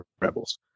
rebels